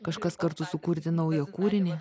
kažkas kartu sukurti naują kūrinį